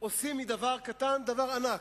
עושים מדבר קטן דבר ענק.